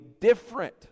different